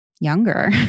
younger